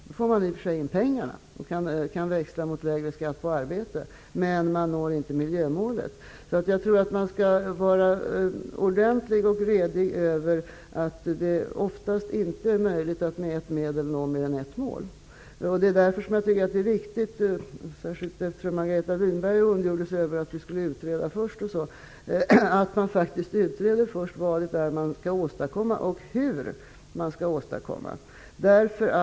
Man får i och för sig in pengar och kan växla mot lägre skatt på arbete, men man når inte miljömålet. Jag tror att man skall vara på det klara med att det oftast inte är möjligt att med ett medel nå mer än ett mål. Margareta Winberg ondgjorde sig över att vi skulle utreda först osv. Jag menar att det är viktigt att man faktiskt utreder först vad man skall åstadkomma och hur man skall åstadkomma det.